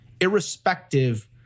irrespective